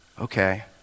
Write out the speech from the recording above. Okay